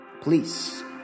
please